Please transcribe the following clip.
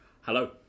Hello